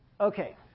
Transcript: Okay